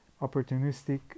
opportunistic